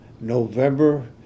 November